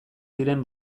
diren